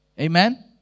Amen